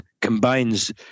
combines